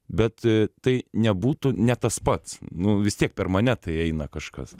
bet tai nebūtų ne tas pats nu vis tiek per mane tai eina kažkas